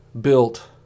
built